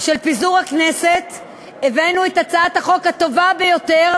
של פיזור הכנסת הבאנו את הצעת החוק הטובה ביותר